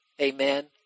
amen